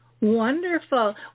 Wonderful